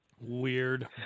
weird